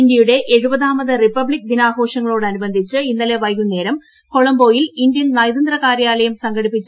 ഇന്ത്യൂടെ എഴുപതാമത് republic ദിനാഘോഷങ്ങളോടനുബന്ധിച്ച് ഇന്നലെ വൈകുന്നേരം കൊളം ബോയിൽ ഇന്ത്യൻ നയതന്ത്ര കാര്യാലയം സംഘടിപ്പിച്ചു